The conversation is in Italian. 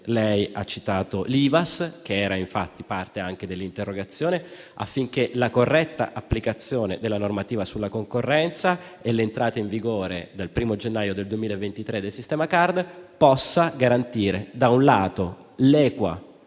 lei ha citato l'Ivass, che era infatti parte anche dell'interrogazione, affinché la corretta applicazione della normativa sulla concorrenza e l'entrata in vigore dal 1° gennaio 2023 del sistema CARD possano garantire, da una parte, l'equa